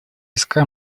искра